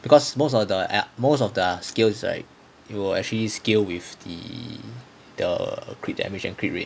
because most of the uh most of the skills right you will actually skill with the the crit damage and crit rate